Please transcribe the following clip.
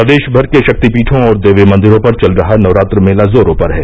प्रदेश भर के शक्तिपीठों और देवी मंदिरों पर चल रहा नवरात्र मेला जोरों पर है